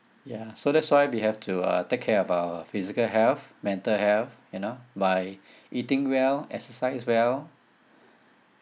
ya so that's why we have to uh take care of our physical health mental health you know by eating well exercise well